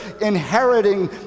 inheriting